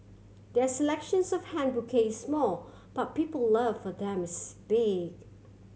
their selections of hand bouquets is small but people love for them is big